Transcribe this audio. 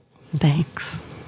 Thanks